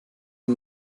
nur